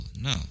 No